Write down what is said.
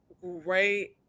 great